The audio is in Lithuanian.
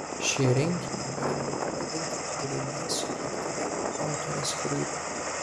šį rinkinį galima pavadinti grynai subjektyvia autorės kūryba